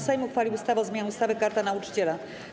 Sejm uchwalił ustawę o zmianie ustawy - Karta Nauczyciela.